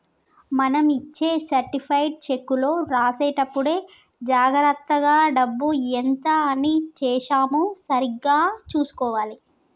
మనం ఇచ్చే సర్టిఫైడ్ చెక్కులో రాసేటప్పుడే జాగర్తగా డబ్బు ఎంత అని ఏశామో సరిగ్గా చుసుకోవాలే